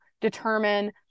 determine